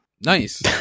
Nice